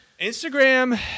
Instagram